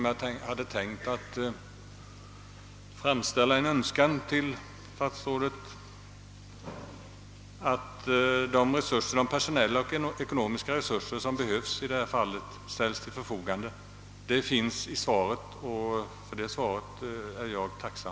Jag hade tänkt att framföra en önskan till statsrådet, att de personella och ekonomiska resurser som behövs i detta fall ställs till förfogande. Att så skall ske står redan i svaret, och för det svaret är jag tacksam.